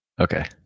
Okay